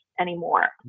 anymore